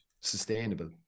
sustainable